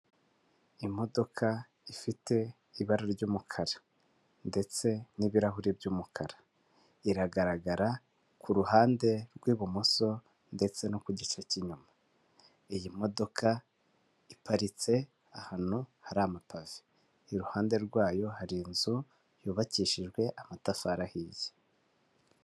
Imodoka ifite ibara ry'umukara ndetse n'ibirahuri by'umukara iragaragara kuruhande rw'ibumoso ndetse no ku gice cy'inyuma iyi modoka iparitse ahantu hari amatavi iruhande rwayo hari inzu yubakishijwe amatafari ahiye.